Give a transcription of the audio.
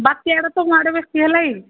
ବାତ୍ୟାର ତୁମଆଡ଼େ ବେଶୀ ହେଲା କି